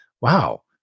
wow